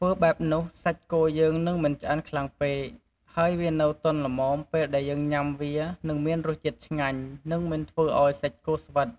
ធ្វើបែបនោះសាច់គោយើងនឹងមិនឆ្អិនខ្លាំងពេក ហើយវានៅទន់ល្មមពេលដែលយើងញ៉ាំវានឹងមានរសជាតិឆ្ងាញ់និងមិនធ្វើអោយសាច់គោស្វិត។